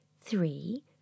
three